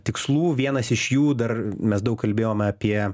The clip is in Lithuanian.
tikslų vienas iš jų dar mes daug kalbėjome apie